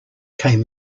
came